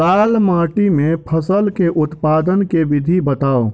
लाल माटि मे फसल केँ उत्पादन केँ विधि बताऊ?